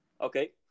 Okay